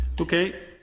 Okay